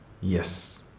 Yes